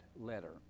letter